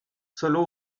solo